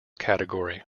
category